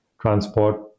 transport